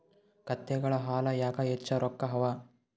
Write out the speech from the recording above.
ಕತ್ತೆಗಳ ಹಾಲ ಯಾಕ ಹೆಚ್ಚ ರೊಕ್ಕ ಅವಾ?